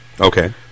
Okay